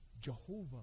Jehovah